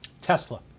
Tesla